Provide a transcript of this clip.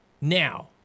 Now